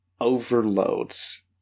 overloads